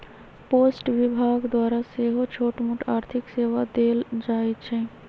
post विभाग द्वारा सेहो छोटमोट आर्थिक सेवा देल जाइ छइ